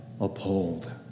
uphold